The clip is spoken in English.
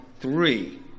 three